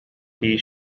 فِي